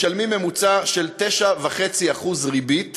משלמים בממוצע 9.5% ריבית